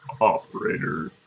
Operator